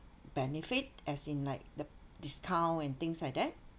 benefit as in like the discount and things like that